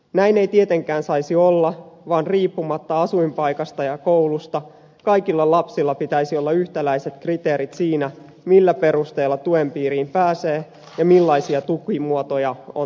näin ei tietenkään saisi olla vaan riippumatta asuinpaikasta ja koulusta kaikilla lapsilla pitäisi olla yhtäläiset kriteerit siinä millä perusteella tuen piiriin pääsee ja millaisia tukimuotoja on tarjolla